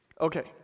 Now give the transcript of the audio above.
Okay